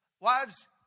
wives